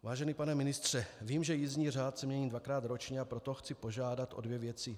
Vážený pane ministře, vím, že jízdní řád se mění dvakrát ročně, a proto chci požádat o dvě věci.